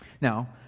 Now